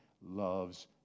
loves